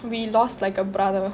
we lost like a brother